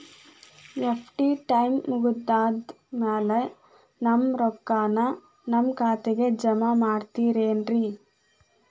FD time ಮುಗಿದಾದ್ ಮ್ಯಾಲೆ ನಮ್ ರೊಕ್ಕಾನ ನಮ್ ಖಾತೆಗೆ ಜಮಾ ಮಾಡ್ತೇರೆನ್ರಿ?